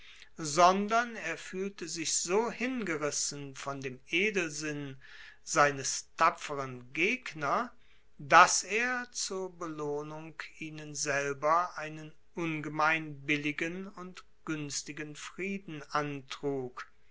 sondern er fuehlte sich so hingerissen von dem edelsinn seiner tapferen gegner dass er zur belohnung ihnen selber einen ungemein billigen und guenstigen frieden antrug